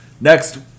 Next